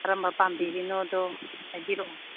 ꯀꯔꯝꯕ ꯄꯥꯝꯕꯤꯔꯤꯅꯣꯗꯣ ꯍꯥꯏꯕꯤꯔꯛꯑꯣ